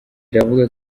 iravuga